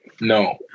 no